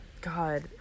God